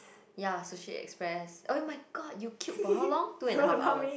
ya Sushi Express oh-my-god you queued for how long two and a half hours